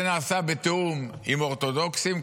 זה נעשה בתיאום עם האורתודוקסים,